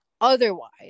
otherwise